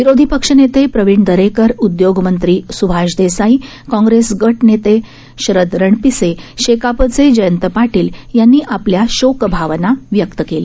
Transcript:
विरोधी पक्षनेते प्रवीण दरेकर उद्योगमंत्री स्भाष देसाई काँग्रेस गटनेते शरद रणपिसे शेकापचे जयंत पाटील यांनी आपल्या शोकभावना व्यक्त केल्या